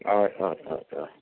हय हय हय हय